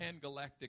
pangalactic